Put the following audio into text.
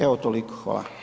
Evo toliko hvala.